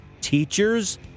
Teachers